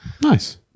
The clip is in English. Nice